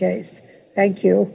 case thank you